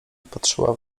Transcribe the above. patrzyła